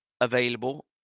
available